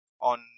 on